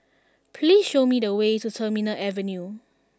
please show me the way to Terminal Avenue